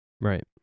Right